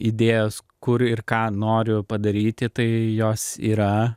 idėjos kur ir ką noriu padaryti tai jos yra